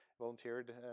volunteered